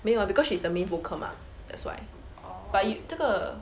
没有 because she's the main vocal mah that's why but you 这个